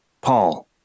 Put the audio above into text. Paul